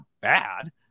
bad